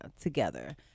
together